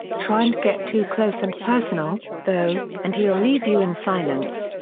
try and get too close and personal, though, and he'll leave you in silence.